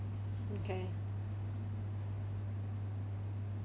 okay